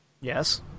Yes